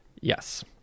Yes